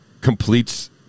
completes